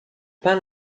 peint